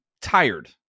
tired